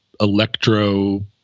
electro